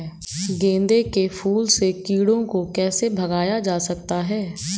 गेंदे के फूल से कीड़ों को कैसे भगाया जा सकता है?